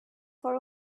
for